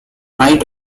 knight